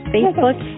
Facebook